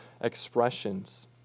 expressions